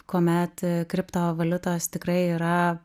kuomet kriptovaliutos tikrai yra